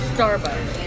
Starbucks